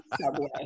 subway